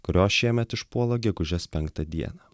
kurios šiemet išpuola gegužės penktą dieną